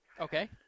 Okay